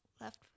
left